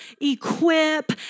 equip